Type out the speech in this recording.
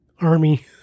army